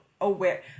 aware